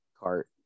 cart